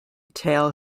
tail